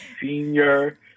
senior